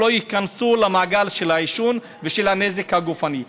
שלא ייכנסו למעגל של העישון ושל הנזק הגופני,